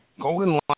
Golden